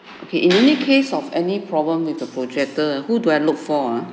okay in any case of any problem with the projector who do I look for ah